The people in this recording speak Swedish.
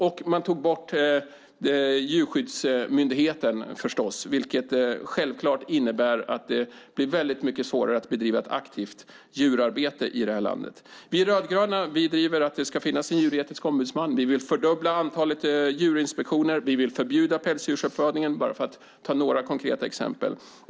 Man tog också bort Djurskyddsmyndigheten, vilket innebär att det i dag är mycket svårare att bedriva ett aktivt djurskyddsarbete. Vi rödgröna driver att det ska finnas en djuretisk ombudsman. Vi vill även fördubbla antalet djurinspektioner och förbjuda pälsdjursuppfödningen - bara för att ta några konkreta exempel.